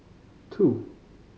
two